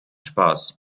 spaß